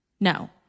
No